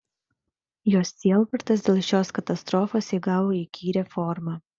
jos sielvartas dėl šios katastrofos įgavo įkyrią formą